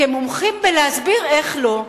כמומחים בלהסביר איך לא,